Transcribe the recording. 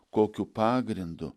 kokiu pagrindu